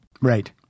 Right